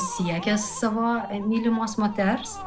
siekia savo mylimos moters